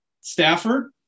Stafford